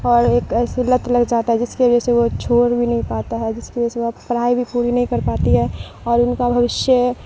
اور ایک ایسے لت لگ جاتا ہے جس کی وجہ سے وہ چھوڑ بھی نہیں پاتا ہے جس کی وجہ سے وہ پڑھائی بھی پوری نہیں کر پاتی ہے اور ان کا بھوشیہ